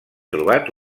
trobat